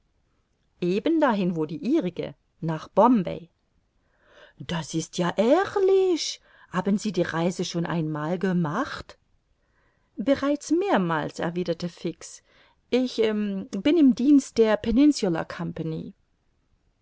reise ebendahin wo die ihrige nach bombay das ist ja herrlich haben sie die reise schon einmal gemacht bereits mehrmals erwiderte fix ich bin im dienst der